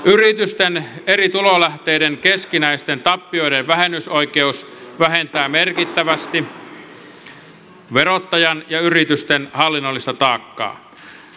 yritysten eri tulolähteiden keskinäisten tappioiden vähennysoikeus vähentää merkittävästi verottajan ja yritysten hallinnollista taakkaa